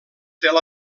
tel